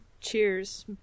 cheers